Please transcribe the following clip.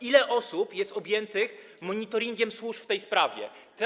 Ile osób jest objętych monitoringiem służb w tej sprawie?